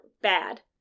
bad